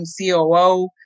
COO